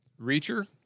Reacher